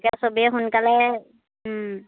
তাকে চবেই সোনকালে